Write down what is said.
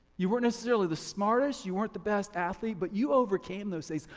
you weren't necessarily the smartest, you weren't the best athlete but you overcame those things,